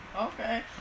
okay